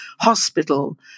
hospital